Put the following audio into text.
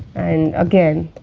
and again,